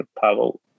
Pavel